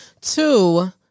Two